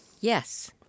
Yes